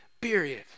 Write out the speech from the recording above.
period